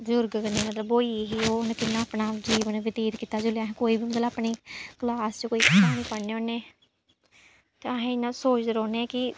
बजुर्ग कन्नै मतलब ब्होई गेई ही ओह् उ'न्नै किन्ना अपना जीवन बतीत कीता जिल्लै असें कोई बी मतलब अपनी क्लास च कोई क्हानी पढ़ने होन्नें ते अस इ'यां सोचदे रौह्न्नें कि